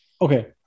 Okay